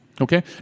Okay